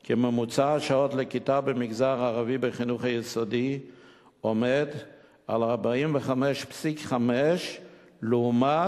כי ממוצע השעות לכיתה במגזר הערבי בחינוך היסודי עומד על 45.5 לעומת